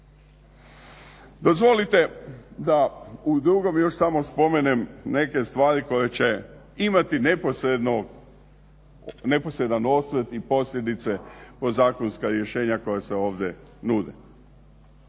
Dozvolite da u drugom još samo spomenem neke stvari koje će imati neposredan osvrt i posljedice po zakonska rješenja koja se ovdje nude.